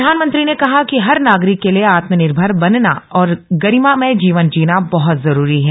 प्रधानमंत्री ने कहा कि हर नागरिक के लिए आत्म निर्भर बनना और गरिमामय जीवन जीना बहत जरूरी है